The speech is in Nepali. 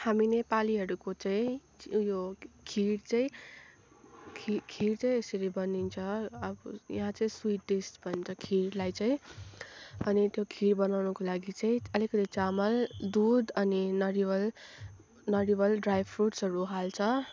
हामी नेपालीहरूको चाहिँ उयो खिर चाहिँ खिर चाहिँ यसरी बनिन्छ अब यहाँ चाहिँ स्विट डिस भन्छ खिरलाई चाहिँ अनि त्यो खिर बनाउनुको लागि चाहिँ अलिकति चामल दुध अनि नरिवल नरिवल ड्राई फ्रुट्सहरू हाल्छ